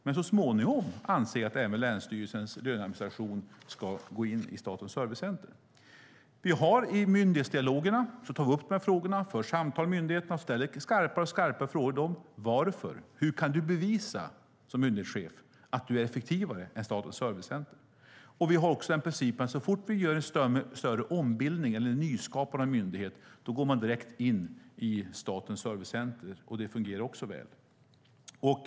Men så småningom anser jag att även länsstyrelsernas löneadministration ska gå in i Statens servicecenter. I myndighetsdialogerna tar vi upp dessa frågor. Vi för samtal med myndigheterna och ställer skarpa frågor. Varför? Hur kan du som myndighetschef bevisa att du är effektivare än Statens servicecenter? Vi har också den principen att så fort vi gör en större ombildning eller nyskapande av en myndighet går den direkt in i Statens servicecenter, och det fungerar väl.